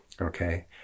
okay